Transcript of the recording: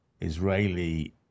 Israeli